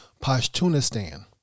Pashtunistan